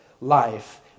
life